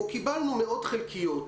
או קיבלנו מאוד חלקיות.